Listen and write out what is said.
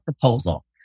proposal